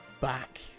back